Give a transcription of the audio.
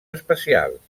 especials